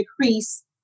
decrease